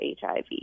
HIV